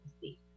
see